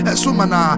sumana